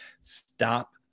stop